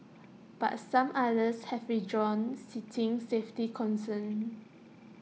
but some others have withdrawn citing safety concerns